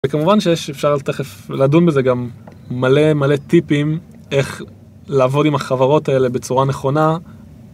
וכמובן שיש אפשר תכף לדון בזה גם מלא מלא טיפים איך לעבוד עם החברות האלה בצורה נכונה